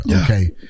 okay